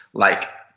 like,